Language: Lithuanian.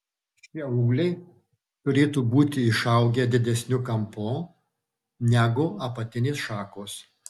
šie ūgliai turėtų būti išaugę didesniu kampu negu apatinės šakos